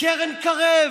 קרן קרב,